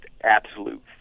absolute